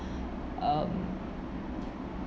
um